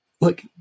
look